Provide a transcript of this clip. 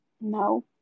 No